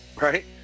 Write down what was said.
Right